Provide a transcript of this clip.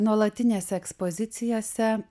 nuolatinėse ekspozicijose